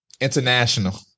International